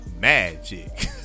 magic